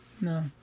No